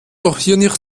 hier